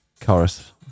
chorus